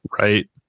right